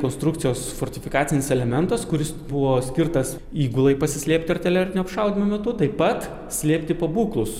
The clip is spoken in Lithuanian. konstrukcijos fortifikacinis elementas kuris buvo skirtas įgulai pasislėpti artilerinio apšaudymo metu taip pat slėpti pabūklus